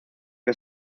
que